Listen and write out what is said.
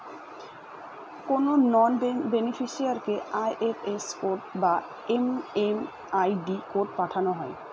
কোনো নন বেনিফিসিরইকে IFS code বা এম.এম.আই.ডি কোড পাঠানো হয়